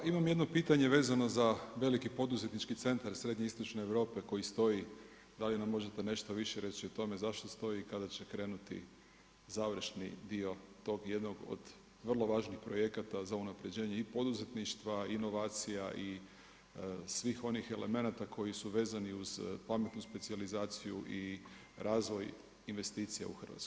Pa imam jedno pitanje vezno za veliki poduzetnički centar srednje istočne Europske koji stoji, da li nam možete nešto više reći o tome, zašto stoji i kada će krenuti završni dio tog jednog od vrlo važnih projekata za unapređenje i poduzetništva i inovacija i svih onih elemenata koji su vezani uz pametnu specijalizaciju i razvoj investicija u Hrvatskoj?